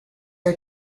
are